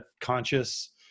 conscious